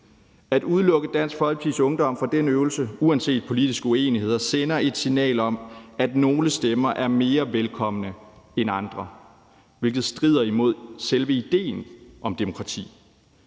At udelukke Dansk Folkepartis Ungdom fra den øvelse, uanset politiske uenigheder, sender et signal om, at nogle stemmer er mere velkomne end andre, hvilket strider imod selve idéen om demokrati.